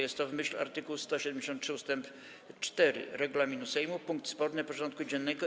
Jest to, w myśl art. 173 ust. 4 regulaminu Sejmu, punkt sporny porządku dziennego.